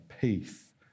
peace